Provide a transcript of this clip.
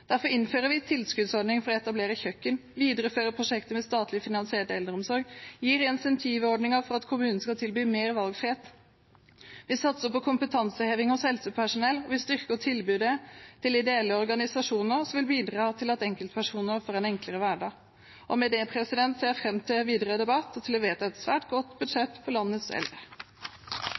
Derfor innfører vi en tilskuddsordning for å etablere kjøkken og videreføre prosjekter med statlig finansiert eldreomsorg. Vi har insentivordninger for at kommunene skal tilby mer valgfrihet, vi satser på kompetanseheving hos helsepersonell, og vi styrker tilbudet til ideelle organisasjoner som bidrar til at enkeltpersoner får en enklere hverdag. Med det ser jeg fram til en videre debatt og til å vedta et svært godt budsjett for landets eldre.